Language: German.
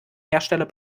hersteller